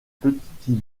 petit